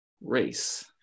race